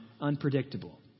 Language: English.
unpredictable